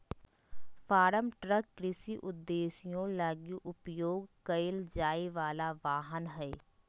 farm truck कृषि उद्देश्यों लगी उपयोग कईल जाय वला वाहन हइ